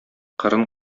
кырын